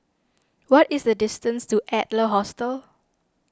what is the distance to Adler Hostel